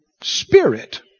spirit